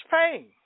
pain